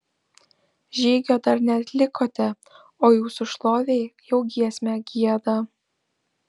žygio dar neatlikote o jūsų šlovei jau giesmę gieda